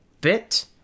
bit